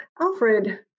Alfred